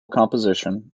composition